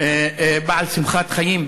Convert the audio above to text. בעל שמחת חיים,